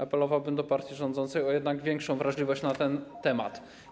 Apelowałbym do partii rządzącej o jednak większą wrażliwość w tym temacie.